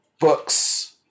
books